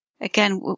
Again